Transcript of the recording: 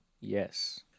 Yes